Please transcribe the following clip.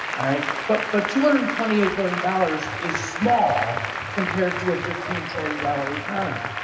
right? but but two hundred and twenty eight billion dollars is small compared to a fifteen trillion dollar economy.